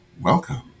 welcome